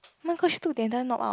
oh my gosh took the other knob out